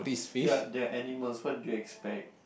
ya they're animals what do you expect